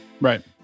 Right